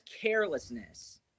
carelessness